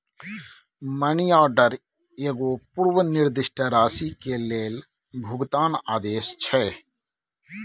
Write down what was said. money order एगो पूर्व निर्दिष्ट राशि के लेल भुगतान आदेश छै